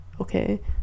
Okay